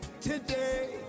today